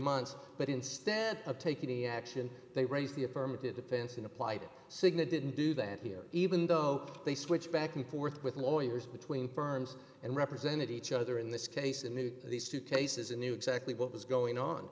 months but instead of taking any action they raised the affirmative defense and applied cigna didn't do that here even though they switch back and forth with lawyers between firms and represented each other in this case and knew these two cases and knew exactly what was going on